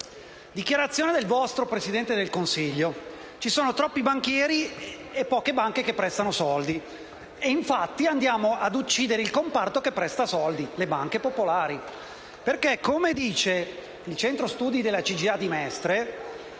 Dichiarazione del vostro Presidente del Consiglio: «Ci sono troppi banchieri e poche banche che prestano soldi». E infatti andiamo ad uccidere il comparto che presta soldi: le banche popolari. Come dice il Centro studi della CGIA di Mestre,